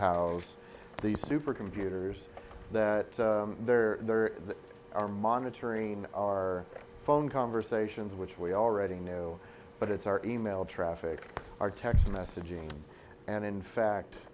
house these super computers that there are monitoring our phone conversations which we already know but it's our e mail traffic our text messaging and in fact